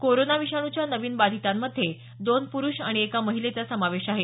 corona विषाणूच्या नवीन बाधितांमध्ये दोन पुरुष आणि एका महिलेचा समावेश आहे